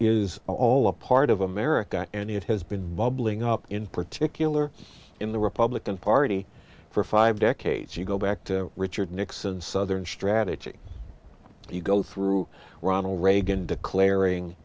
is all a part of america and it has been bubbling up in particular in the republican party for five decades you go back to richard nixon southern strategy you go through ronald reagan declaring